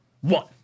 one